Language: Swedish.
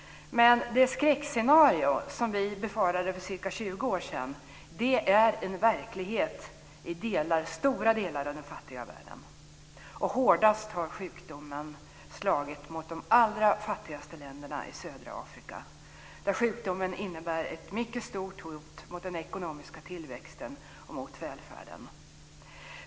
Det skräckscenario som vi befarade för ca 20 år sedan är en verklighet i stora delar av den fattiga världen. Hårdast har sjukdomen slagit mot de allra fattigaste länderna i södra Afrika, där sjukdomen innebär ett stort hot mot den ekonomiska tillväxten och välfärden.